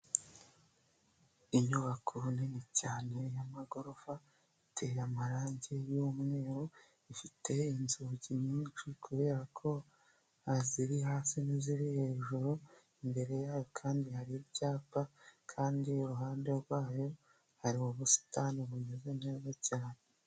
Inyubako nini cyane y'amagorofa iteye amarange y'umweru, ifite inzugi nyinshi kubera ko hari iziri hasi n'iziri hejuru, imbere yayo kandi hari icyapa kandi iruhande rwayo hari ubusitani bumeze neza cyane.